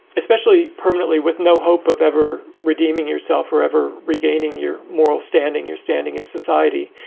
especially permanently, with no hope of ever redeeming yourself forever, regaining your moral standing, your standing in society.